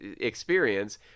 experience